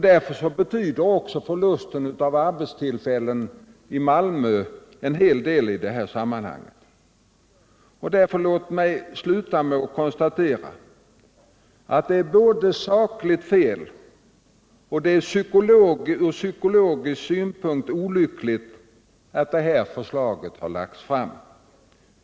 Därför betyder också förlusten av arbetstillfällen en påfrestning för oss, och därför är det både sakligt felaktigt Nr 99 och från psykologisk synpunkt olyckligt att detta förslag har lagts fram.